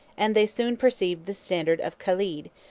and they soon perceived the standard of caled,